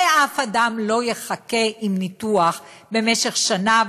הרי אף אדם לא יחכה עם ניתוח במשך שנה,